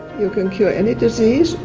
you can cure any disease,